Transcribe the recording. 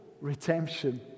redemption